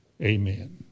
amen